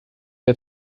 der